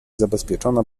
zabezpieczona